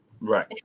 Right